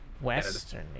western